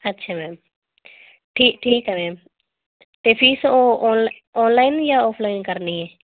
ਅੱਛਾ ਮੈਮ ਠੀਕ ਠੀਕ ਹੈ ਮੈਮ ਅਤੇ ਫੀਸ ਉਹ ਆਨ ਆਨਲਾਈਨ ਜਾਂ ਆਫਲਾਈਨ ਕਰਨੀ ਹੈ